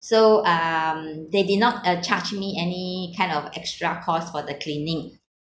so um they did not uh charged me any kind of extra costs for the cleaning